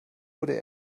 wurde